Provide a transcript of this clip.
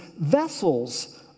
vessels